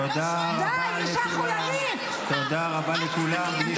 תודה רבה לכולם.